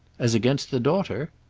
as against the daughter?